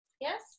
Yes